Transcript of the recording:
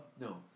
No